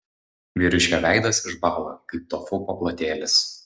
vyriškio veidas išbąla kaip tofu paplotėlis